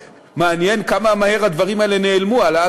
מעניין כמה מהר הדברים האלה נעלמו: העלאת